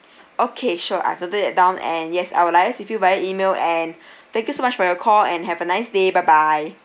okay sure I've noted that down and yes I would liase with you via E-mail and thank you so much for your call and have a nice day bye bye